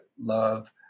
love